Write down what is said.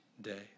day